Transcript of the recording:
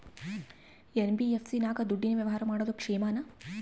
NBFC ನಾಗ ದುಡ್ಡಿನ ವ್ಯವಹಾರ ಮಾಡೋದು ಕ್ಷೇಮಾನ?